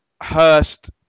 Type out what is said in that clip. Hurst